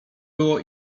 było